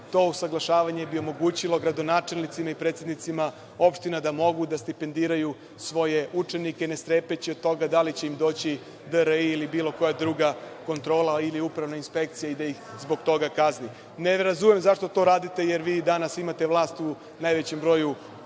To usaglašavanje bi omogućilo gradonačelnicima i predsednicima opština da mogu da stipendiraju svoje učenike, ne strepeći od toga da li će im doći DRI ili bilo koja druga kontrola ili upravna inspekcija i da ih zbog toga kazni. Ne razumem zašto to radite, jer vi danas imate vlast u najvećem broju